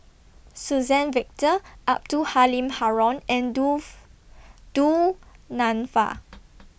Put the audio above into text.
Suzann Victor Abdul Halim Haron and Du Du Nanfa